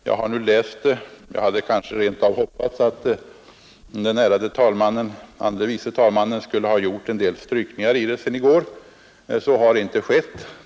Jag hade hoppats att fru andre vice talmannen sedan i går skulle ha gjort en del strykningar i sitt anförande, Nu har jag läst det och funnit att så inte har skett.